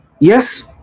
Yes